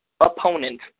opponent